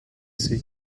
see